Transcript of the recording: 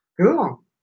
cool